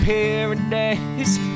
Paradise